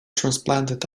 transplanted